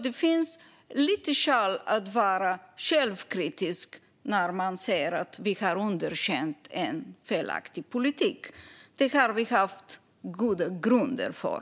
Det finns skäl att vara självkritisk när man ser att vi har underkänt en felaktig politik. För detta har vi haft goda grunder.